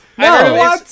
No